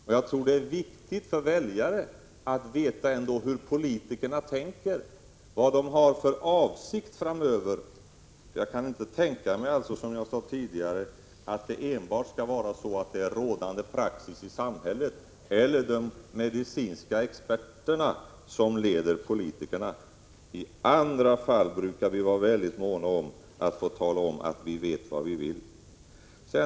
Och jag tror det är viktigt för väljare att veta hur politikerna tänker och vilka avsikter de har. Jag kan alltså inte tänka mig att rådande praxis i samhället eller de medicinska experterna skall leda politikerna. I andra fall brukar vi vara mycket måna om att tala om att vi vet vad vi vill.